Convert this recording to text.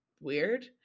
weird